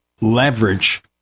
leverage